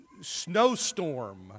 snowstorm